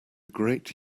great